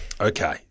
Okay